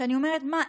ואני אומרת: מה?